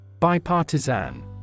Bipartisan